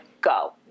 go